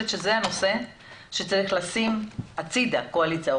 זה הנושא שצריך לשים הצידה.